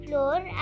Floor